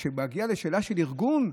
כשזה מגיע לשאלה של ארגון,